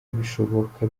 bishoboka